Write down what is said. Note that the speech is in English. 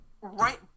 right